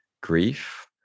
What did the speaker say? grief